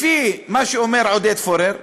לפי מה שאומר עודד פורר,